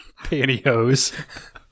pantyhose